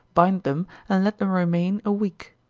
bind them, and let them remain a week.